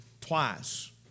twice